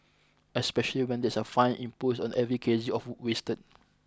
especially when there's a fine imposed on every K G of food wasted